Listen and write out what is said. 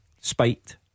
Spite